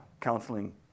counseling